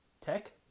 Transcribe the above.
Tech